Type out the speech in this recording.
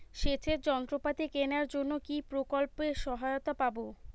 সেচের যন্ত্রপাতি কেনার জন্য কি প্রকল্পে সহায়তা পাব?